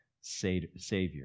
Savior